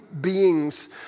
beings